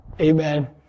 Amen